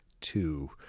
two